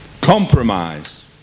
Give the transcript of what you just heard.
Compromise